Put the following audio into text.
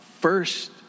first